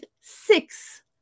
six